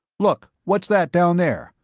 look, what's that, down there?